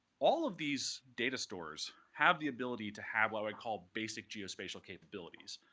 all of these data stores have the ability to have what i call basic geospatial capabilities,